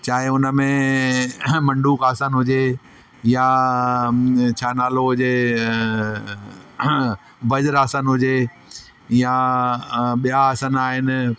चाहे उनमें मंडूक आसन हुजे या छा नालो हुजे वज्र आसन हुजे या ॿिया आसन आहिनि